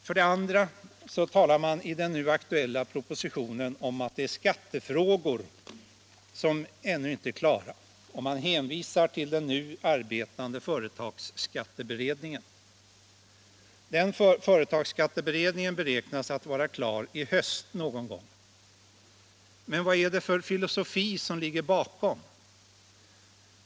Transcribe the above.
För det andra talar man i den nu aktuella propositionen om att det finns skattefrågor som ännu inte är klara, och man hänvisar till den nu arbetande företagsskatteberedningen. Den beräknas vara klar i höst någon gång. Men vad är det för filosofi som ligger bakom?